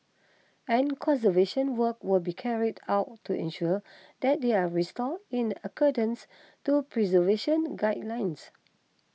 and conservation work will be carried out to ensure that they are restored in accordance to preservation guidelines